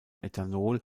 ethanol